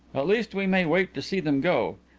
at least we may wait to see them go.